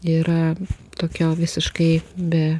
yra tokio visiškai be